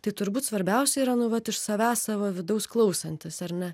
tai turbūt svarbiausia yra nu vat iš savęs savo vidaus klausantis ar ne